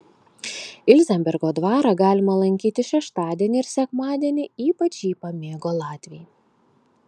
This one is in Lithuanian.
ilzenbergo dvarą galima lankyti šeštadienį ir sekmadienį ypač jį pamėgo latviai